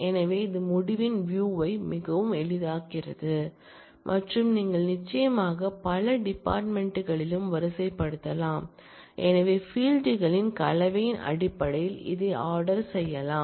எனவே இது முடிவின் வியூ யை மிகவும் எளிதாக்குகிறது மற்றும் நீங்கள் நிச்சயமாக பல டிபார்ட்மெண்ட்களிலும் வரிசைப்படுத்தலாம் எனவே ஃபீல்ட் களின் கலவையின் அடிப்படையில் அதை ஆர்டர் செய்யலாம்